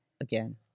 again